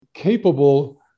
capable